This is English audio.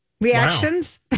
Reactions